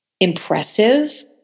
Impressive